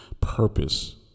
purpose